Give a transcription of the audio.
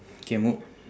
K mo~